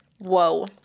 Whoa